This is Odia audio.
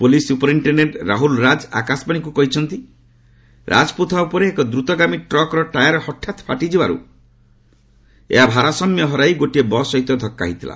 ପୋଲିସ ସ୍ରପରିନ୍ଟେଶ୍ଡେଣ୍ଟ ରାହଲ ରାଜ ଆକାଶବାଣୀକୁ କହିଛନ୍ତି ଯେରାଜପଥ ଉପରେ ଏକ ଦ୍ରତଗାମୀ ଟ୍ରକର ଟାୟାର ହଠାତ୍ ଫାଟିଯିବାର୍ତ ଏହା ଭାରସାମ୍ୟ ହରାଇ ଗୋଟିଏ ବସ୍ ସହିତ ଧକ୍କା ହୋଇଥିଲା